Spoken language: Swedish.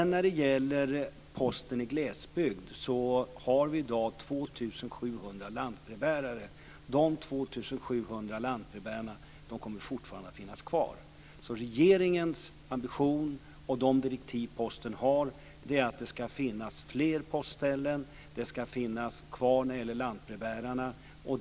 När det gäller posten i glesbygd har vi i dag 2 700 lantbrevbärare. Dessa 2 700 lantbrevbärare kommer fortfarande att finnas kvar. Regeringens ambition och de direktiv som posten har är alltså att det ska finnas fler postställen. Lantbrevbärarna ska finnas kvar.